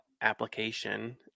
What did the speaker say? application